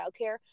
childcare